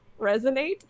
resonate